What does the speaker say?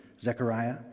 Zechariah